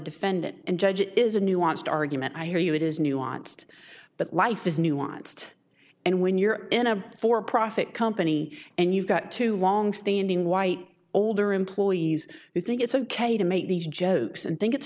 defendant and judge it is a nuanced argument i hear you it is nuanced but life is nuanced and when you're in a for profit company and you've got to longstanding white older employees who think it's ok to make these jokes and think it's